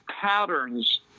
patterns